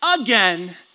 again